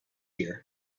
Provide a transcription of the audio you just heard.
year